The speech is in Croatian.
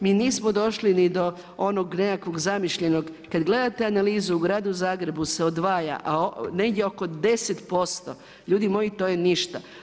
Mi nismo došli ni do onog nekakvog zamišljenog, kad gledate analizu u gradu Zagrebu se odvaja negdje oko 10%, ljudi moji, to je ništa.